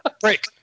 break